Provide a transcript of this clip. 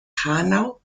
hanau